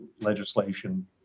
legislation